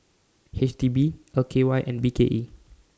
H D B L K Y and B K E